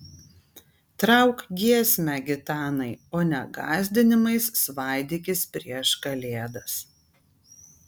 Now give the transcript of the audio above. trauk giesmę gitanai o ne gąsdinimais svaidykis prieš kalėdas